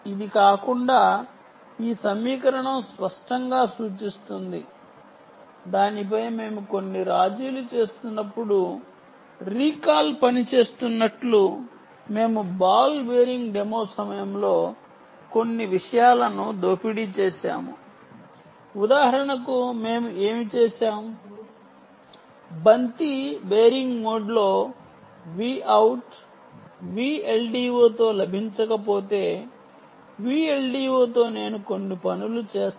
ఇది కాకుండా ఈ సమీకరణం స్పష్టంగా సూచిస్తుంది దానిపై మేము కొన్ని రాజీలు చేస్తున్నప్పుడు రీకాల్ పనిచేస్తున్నట్లు మేము బాల్ బేరింగ్ డెమో సమయంలో కొన్ని విషయాలను దోపిడీ చేసాము ఉదాహరణకు మేము ఏమి చేసాము బంతి బేరింగ్ డెమోలో Vout VLDO తో లభించకపోతే VLDO తో నేను కొన్ని పనులు చేస్తా